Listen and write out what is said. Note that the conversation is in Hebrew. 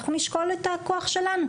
אנחנו נשקול את הכוח שלנו.